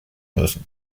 müssen